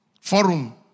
Forum